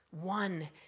one